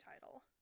title